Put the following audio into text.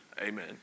Amen